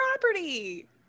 property